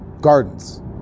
gardens